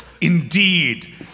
Indeed